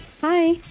Hi